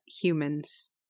humans